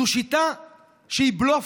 זאת שיטה שהיא בלוף,